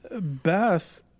Beth